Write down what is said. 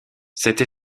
cette